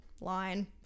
line